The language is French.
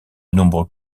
nombreux